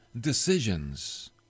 decisions